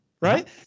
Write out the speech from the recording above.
right